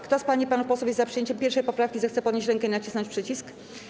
Kto z pań i panów posłów jest za przyjęciem 1. poprawki, zechce podnieść rękę i nacisnąć przycisk.